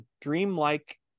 dreamlike